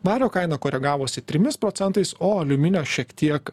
vario kaina koregavosi trimis procentais o aliuminio šiek tiek